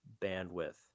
bandwidth